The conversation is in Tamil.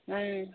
ம்